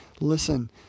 listen